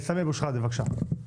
סמי אבו שחאדה, בבקשה.